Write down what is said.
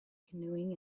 canoeing